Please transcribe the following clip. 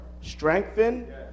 strengthen